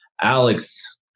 Alex